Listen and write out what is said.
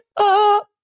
up